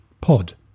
pod